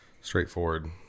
straightforward